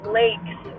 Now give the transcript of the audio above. lakes